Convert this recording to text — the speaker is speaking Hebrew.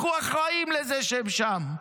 אנחנו אחראים לזה שהם שם,